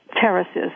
terraces